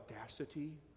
audacity